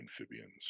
amphibians